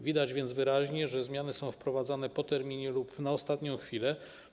Widać więc wyraźnie, że zmiany są wprowadzane po terminie lub na ostatnią chwilę.